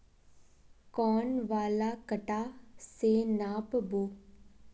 कौन वाला कटा से नाप बो?